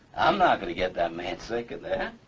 i'm not gonna get that man sick in there.